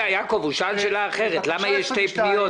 יעקב, הוא שאל שאלה אחרת, למה יש שתי פניות.